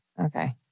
okay